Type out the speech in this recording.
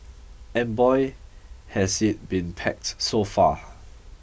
and boy has it been packed so far